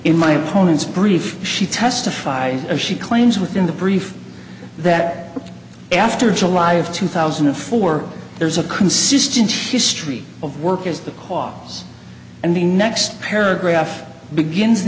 in my opponent's brief she testifies as she claims within the brief that after july of two thousand and four there's a consistent history of work as the cause and the next paragraph begins